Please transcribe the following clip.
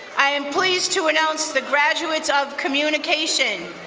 i am pleased to announce the graduates of communication.